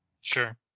Sure